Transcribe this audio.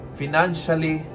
financially